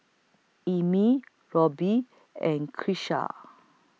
Emmie Roby and Keesha